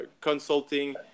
consulting